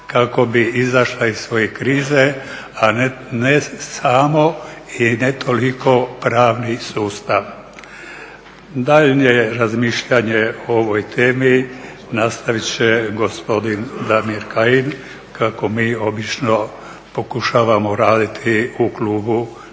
kako bi izašla iz svoje krize, a ne samo i ne toliko pravni sustav. Daljnje razmišljanje o ovoj temi nastavit će gospodin Damir Kajin kako mi obično pokušavamo raditi u Klubu